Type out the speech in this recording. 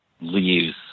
leaves